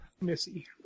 Missy